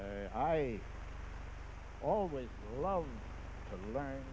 t i always love to learn